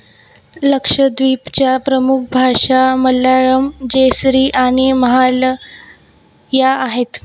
लक्षद्वीपच्या प्रमुख भाषा मल्याळम जयश्री आणि महाल या आहेत